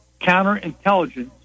counterintelligence